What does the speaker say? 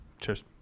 Cheers